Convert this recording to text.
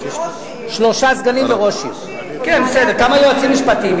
לא חבל על הכסף?